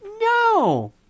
No